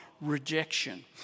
rejection